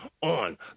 on